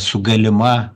su galima